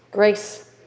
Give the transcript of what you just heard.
Grace